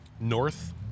north